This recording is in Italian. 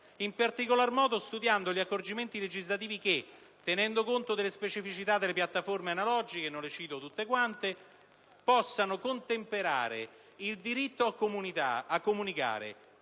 In particolar modo studiando gli accorgimenti legislativi che, tenendo conto delle specificità delle piattaforme analogiche, digitali, satellitari e IPTV (via Internet), possano contemperare il diritto a comunicare,